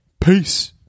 Peace